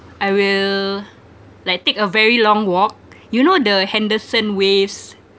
I will like take a very long walk you know the henderson waves